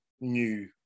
new